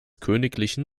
königlichen